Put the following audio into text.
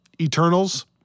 Eternals